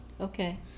Okay